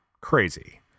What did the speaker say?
Crazy